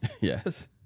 Yes